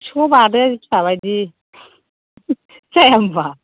फिखुंआव बादो फिसाबायदि जाया होनबा